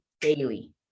daily